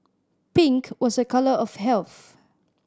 pink was a colour of health